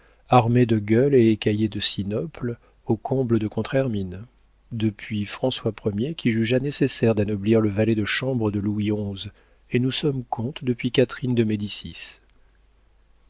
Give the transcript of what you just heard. armée de gueules et écaillée de sinople au comble de contre hermine depuis françois ier qui jugea nécessaire d'anoblir le valet de chambre de louis xi et nous sommes comtes depuis catherine de médicis